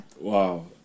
wow